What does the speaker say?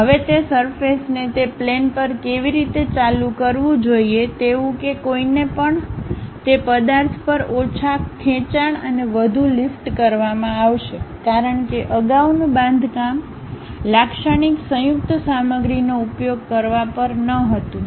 હવે તે સરફેસને તે પ્લેન પર કેવી રીતે ચાલુ કરવું જોઈએ તેવું કે કોઈને તે પદાર્થ પર ઓછા ખેંચાણ અને વધુ લિફ્ટ કરવામાં આવશે કારણ કે અગાઉનું બાંધકામ લાક્ષણિક સંયુક્ત સામગ્રીનો ઉપયોગ કરવા પર ન હતું